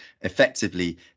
effectively